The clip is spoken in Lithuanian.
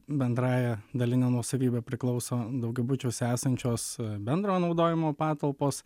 bendrąja daline nuosavybe priklauso daugiabučiuose esančios bendro naudojimo patalpos